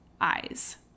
eyes